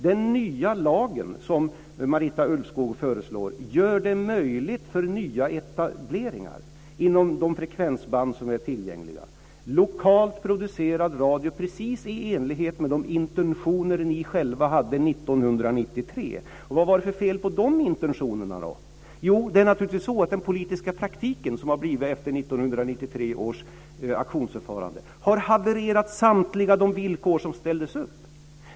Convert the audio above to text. Den nya lagen som Marita Ulvskog föreslår gör det möjligt för nya etableringar inom de frekvensband som är tillgängliga. Det är lokalt producerad radio precis i enlighet med de intentioner ni själva hade 1993. Vad var det för fel med de intentionerna? Jo, den politiska praktiken efter 1993 års auktionsförfarande har havererat samtliga de villkor som ställdes upp.